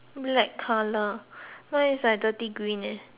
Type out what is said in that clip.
uh it's like dirty green eh